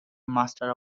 master